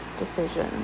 decision